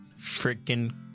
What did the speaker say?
freaking